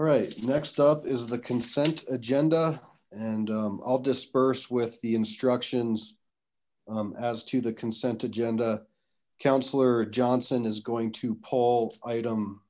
right next up is the consent agenda and i'll disperse with the instructions as to the consent agenda councillor johnson is going to paul item